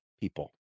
people